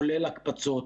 כולל הקפצות,